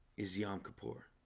is yom kippur?